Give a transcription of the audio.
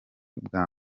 bwa